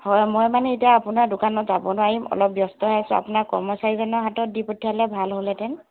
হয় মই মানে এতিয়া আপোনাৰ দোকানত যাব নোৱাৰিম অলপ ব্যস্ত হৈ আছো আপোনাৰ কৰ্মচাৰীজনৰ হাতত দি পঠিয়ালে ভাল হ'লহেঁতেন